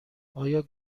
آیا